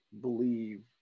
believe